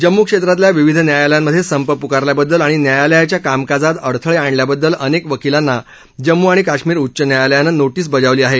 जम्मू क्षेत्रातल्या विविध न्यायालयांमध्ये संप प्कारल्याबद्दल आणि न्यायालयाच्या कामकाजात अडथळे आणल्याबददल अनेक वकिलांना जम्मू आणि काश्मीर उच्च न्यायालयानं नोटिस बजावली आहे